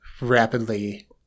rapidly